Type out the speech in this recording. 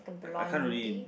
the blondie